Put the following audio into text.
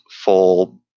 full